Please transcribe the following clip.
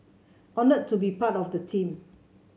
honoured to be part of the team